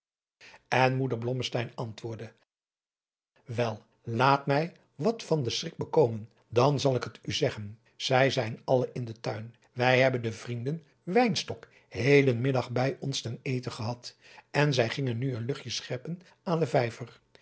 en moeder blommesteyn antwoordde wel laat mij wat van den schrik bekomen dan zal ik het u zeggen zij zijn alle in den tuin wij hebben de vrienden wynstok heden middag bij ons ten eten gehad en zij gingen nu een luchtje scheppen aan den vijver